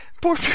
Poor